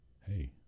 Hey